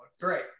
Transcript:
Great